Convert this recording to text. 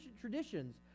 traditions